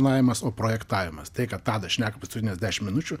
navimas o projektavimas tai ką tadas šneka paskutines dešim minučių